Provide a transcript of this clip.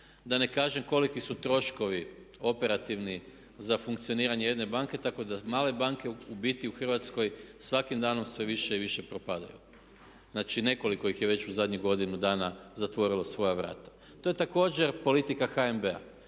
Da ne kažem koliki su troškovi operativni za funkcioniranje jedne banke. Tako da male banke u biti u Hrvatskoj svakim danom sve više i više propadaju. Znači, nekoliko ih je već u zadnjih godinu dana zatvorilo svoja vrata. To je također politika HNB-a.